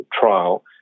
trial